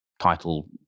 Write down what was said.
title